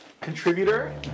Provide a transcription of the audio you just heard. contributor